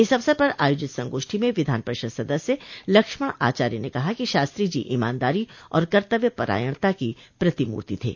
इस अवसर पर आयोजित संगोष्ठी में विधान परिषद सदस्य लक्ष्मण आचार्य ने कहा कि शास्त्री जी ईमानदारी और कर्तव्य परायणता की प्रतिमूर्ति थे